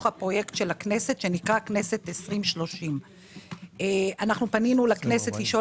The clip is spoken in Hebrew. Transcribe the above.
הפרויקט של הכנסת שנקרא "כנסת 2030". פנינו לכנסת לשאול